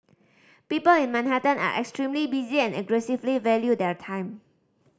people in Manhattan are extremely busy and aggressively value their time